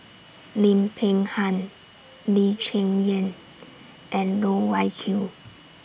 Lim Peng Han Lee Cheng Yan and Loh Wai Kiew